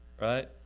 Right